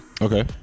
Okay